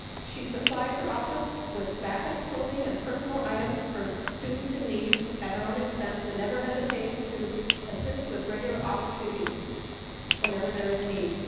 she supplies her office with backup clothing and personal items for students in need at her own expense and never hesitates to assist with regular office duties whenever there is a need.